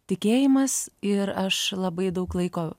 tikėjimas ir aš labai daug laiko